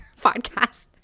podcast